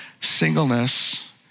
singleness